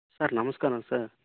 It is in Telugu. సార్ నమస్కారం సార్